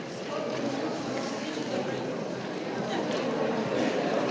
Hvala